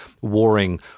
warring